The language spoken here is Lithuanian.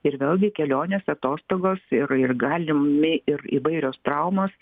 ir vėlgi kelionės atostogos ir ir galimi ir įvairios traumos